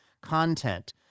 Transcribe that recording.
content